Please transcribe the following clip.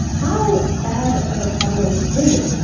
how bad of a problem is it?